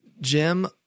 Jim